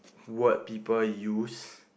weird people use